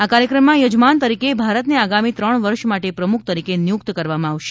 આ કાર્યક્રમમાં યજમાન તરીકે ભારતને આગામી ત્રણ વર્ષ માટે પ્રમુખ તરીકે નિયુક્ત કરવામાં આવશે